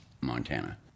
montana